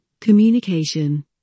Communication